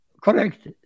Correct